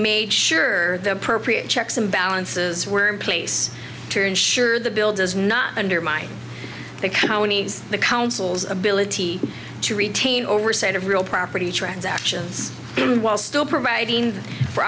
made sure the appropriate checks and balances were in place to ensure the bill does not undermine the colonies the council's ability to retain oversight of real property transactions while still providing for